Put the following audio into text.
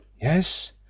Yes